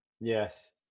Yes